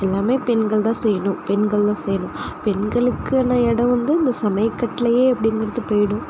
எல்லாமே பெண்கள் தான் செய்யணும் பெண்கள் தான் செய்யணும் பெண்களுக்குனு இடம் வந்து இந்த சமையக்கட்டுலையே அப்படிங்கிறது போய்டும்